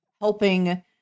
helping